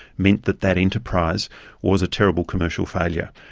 meant that that enterprise was a terrible commercial failure.